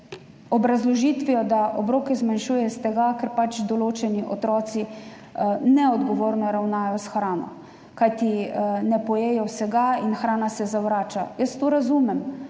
obrazložitvijo, da obroke zmanjšujejo, ker pač določeni otroci neodgovorno ravnajo s hrano. Kajti ne pojedo vsega in hrana se zavrača. Jaz to razumem,